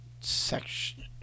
Section